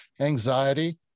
anxiety